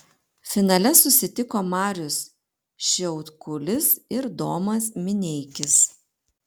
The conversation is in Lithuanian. finale susitiko marius šiaudkulis ir domas mineikis